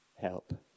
Help